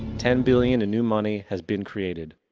ten billion in new money has been created.